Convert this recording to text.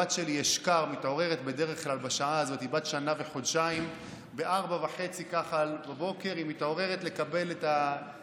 הבת שלי אשכר בת שנה וחודשיים, היא מתעוררת בדרך